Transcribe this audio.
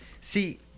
See